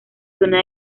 zona